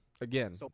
again—